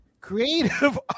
Creative